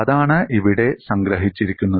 അതാണ് ഇവിടെ സംഗ്രഹിച്ചിരിക്കുന്നത്